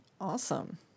Awesome